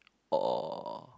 or